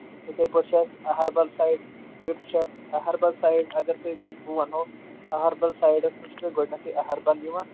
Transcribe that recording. تِتھَے پٲٹھۍ چھُ اَسہِ اَہَربَل سایِڈ ٹِرٛپ چھِ اَسہِ اَہَربَل سایِڈ اَگر تۄہہِ بہٕ وَنہو اَہَربَل سایڈَس منٛز چھِ تۄہہِ گۄڈٕنٮ۪تھٕے اَہَربَل یِوان